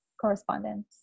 correspondence